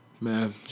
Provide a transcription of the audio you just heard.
Man